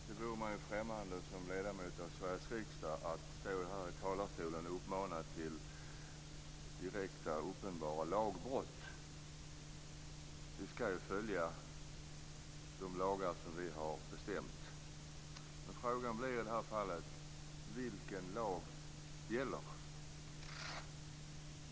Fru talman! Det vore mig främmande som ledamot av Sveriges riksdag att stå här i talarstolen och uppmana till direkta och uppenbara lagbrott. Vi skall ju följa de lagar som vi har bestämt. Men i det här fallet blir frågan: Vilken lag är det som gäller?